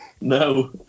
No